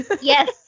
Yes